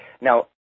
Now